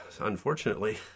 unfortunately